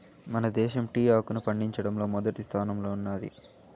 మన దేశం టీ ఆకును పండించడంలో మొదటి స్థానంలో ఉన్నాది